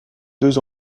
deux